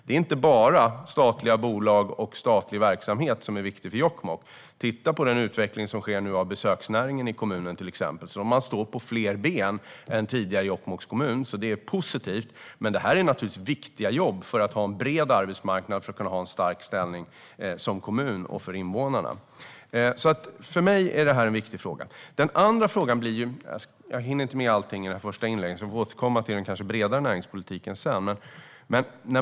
Det är inte bara statliga bolag och statlig verksamhet som är viktiga för Jokkmokk. Titta till exempel på den utveckling som nu sker av besöksnäringen i kommunen så att man står på fler ben än tidigare i Jokkmokks kommun. Det är positivt. Det är naturligtvis viktiga jobb för att kunna ha en bred arbetsmarknad, ha en stark ställning som kommun och för invånarna. För mig är det en viktig fråga. Jag hinner inte med allting i det första inlägget. Vi får kanske återkomma till den bredare näringspolitiken sedan.